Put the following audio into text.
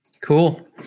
cool